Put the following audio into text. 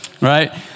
Right